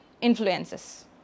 influences